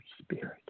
Spirit